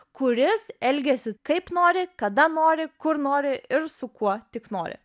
kuris elgiasi kaip nori kada nori kur nori ir su kuo tik nori